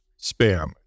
spam